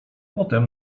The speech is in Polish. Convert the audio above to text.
potem